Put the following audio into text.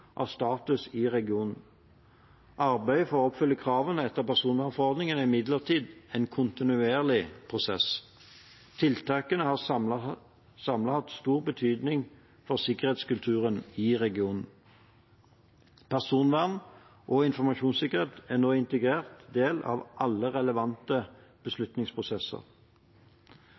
av status i regionen. Arbeidet for å oppfylle kravene etter personvernforordningen er imidlertid en kontinuerlig prosess. Tiltakene har samlet hatt stor betydning for sikkerhetskulturen i regionen. Personvern og informasjonssikkerhet er nå en integrert del av alle relevante beslutningsprosesser.